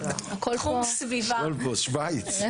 הכול פה שווייץ.